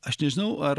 aš nežinau ar